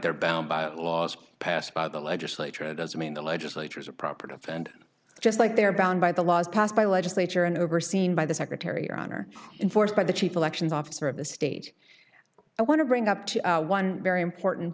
they're bound by laws passed by the legislature doesn't mean the legislature is a property of and just like they are bound by the laws passed by legislature and overseen by the secretary or enforced by the chief elections officer of the state i want to bring up to one very important